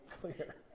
clear